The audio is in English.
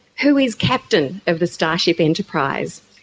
who is captain of the starship enterprise?